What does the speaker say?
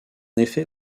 effet